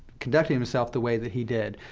conducting himself the way that he did.